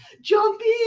jumping